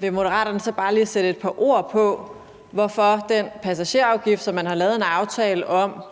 Vil Moderaterne så bare lige sætte et par ord på, hvorfor den passagerafgift, som man har lavet en aftale om,